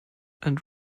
and